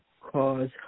cause